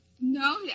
No